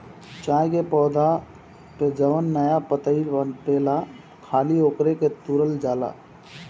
चाय के पौधा पे जवन नया पतइ पनपेला खाली ओकरे के तुरल जाला